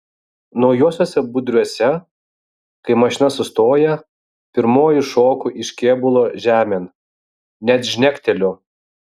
naujuosiuose budriuose kai mašina sustoja pirmoji šoku iš kėbulo žemėn net žnekteliu